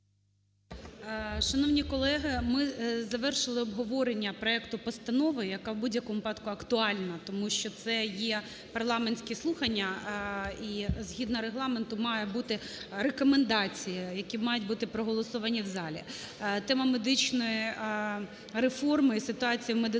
Шановні колеги, ми завершили обговорення проекту постанови, яка в будь-якому випадку актуальна. Тому що це є парламентські слухання і згідно Регламенту мають бути рекомендації, які мають бути проголосовані в залі. Тема медичної реформи і ситуація в медицині